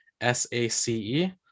S-A-C-E